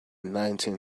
nineteen